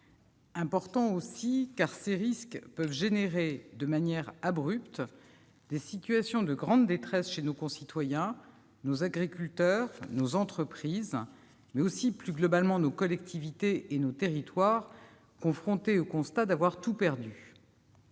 important en ce que ces risques peuvent engendrer de manière abrupte des situations de grande détresse chez nos concitoyens, nos agriculteurs, nos entreprises, mais aussi, plus globalement, nos collectivités et nos territoires, confrontés au constat d'avoir « tout perdu